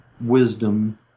wisdom